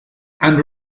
and